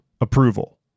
Approval